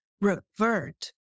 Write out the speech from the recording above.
revert